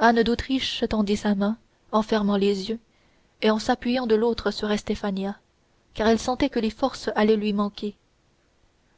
anne d'autriche tendit sa main en fermant les yeux et en s'appuyant de l'autre sur estefania car elle sentait que les forces allaient lui manquer